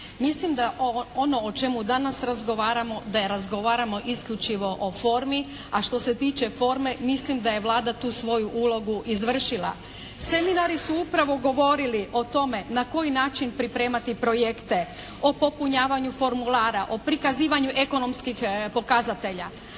Mislim da ono o čemu danas razgovaramo da razgovaramo isključivo o formi. A što se tiče forme mislim da je Vlada tu svoju ulogu izvršila. Seminari su upravo govorili o tome na koji način pripremati projekte, o popunjavanju formulara, o prikazivanju ekonomskih pokazatelja.